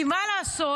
כי מה לעשות,